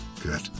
good